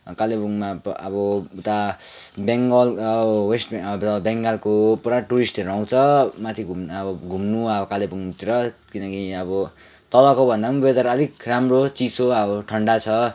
कालेबुङमा अब उता बङ्गाल वेस्ट बङ्गालको पुरा टुरिस्टहरू आउँछ घुम्नु माथि घुम्नु अब कालेबुङतिर किनकि अब तलको भन्दा पनि वेदर अलिक राम्रो चिसो अब ठन्डा छ